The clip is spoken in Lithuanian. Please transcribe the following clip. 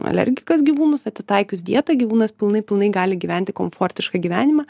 alergikas gyvūnas atitaikius dietą gyvūnas pilnai pilnai gali gyventi komfortišką gyvenimą